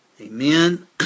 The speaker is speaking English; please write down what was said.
Amen